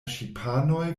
ŝipanoj